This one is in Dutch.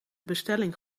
bestelling